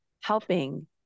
helping